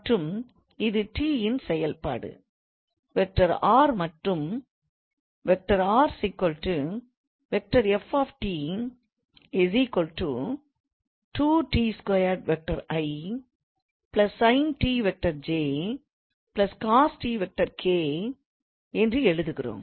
மற்றும் இது t இன் செயல்பாடு 𝑟⃗ மற்றும் 𝑟⃗ 𝑓⃗𝑡 2𝑡2𝑖̂ sin 𝑡 𝑗̂ cos 𝑡 𝑘̂ என்று எழுதுகிறோம்